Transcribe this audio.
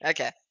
Okay